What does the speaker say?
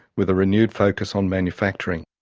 with a renewed focus on manufacturing.